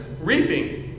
reaping